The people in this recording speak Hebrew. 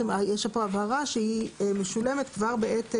יש פה הבהרה שהיא משולמת כבר בעת,